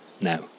now